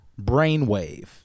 brainwave